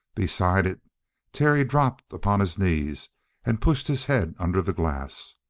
beside it terry dropped upon his knees and pushed his head under the glass.